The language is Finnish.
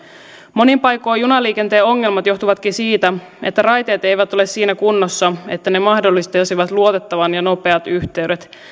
monin paikoin junaliikenteen ongelmat johtuvatkin siitä että raiteet eivät ole siinä kunnossa että ne mahdollistaisivat luotettavat ja nopeat yhteydet